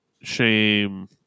shame